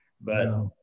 but-